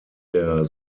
der